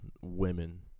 Women